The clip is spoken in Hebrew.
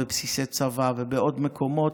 בבסיסי צבא ובעוד מקומות,